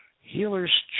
Healers